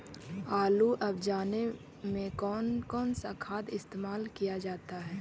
आलू अब जाने में कौन कौन सा खाद इस्तेमाल क्या जाता है?